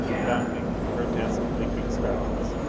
bounding, grotesque, leaping strides.